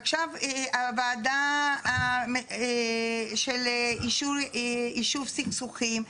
עכשיו הוועדה ליישוב סכסוכים.